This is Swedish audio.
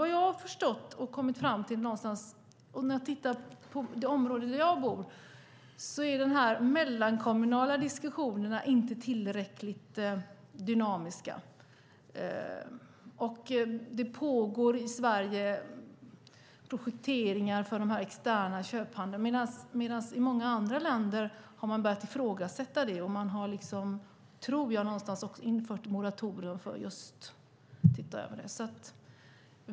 Vad jag har förstått och kommit fram till, om jag tittar på det område där jag bor, är att de mellankommunala diskussionerna inte är tillräckligt dynamiska. Det pågår i Sverige projekteringar för den externa handeln medan man i många andra länder har börjat ifrågasätta det och man har, tror jag, någonstans också infört moratorium för att se över detta.